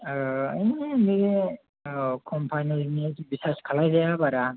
औ कम्पानिनि बिसास खालामजाया बारा